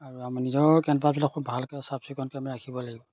আৰু আমি নিজৰ কেন্দ্ৰবিলাক খুব ভালকৈ চাফ চিকুণকৈ আমি ৰাখিব লাগিব